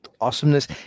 Awesomeness